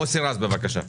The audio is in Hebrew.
מוסי רז, בבקשה.